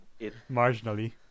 Marginally